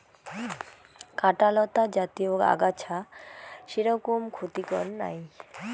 কাঁটালতা জাতীয় আগাছা সেরকম ক্ষতিকর নাই